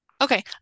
Okay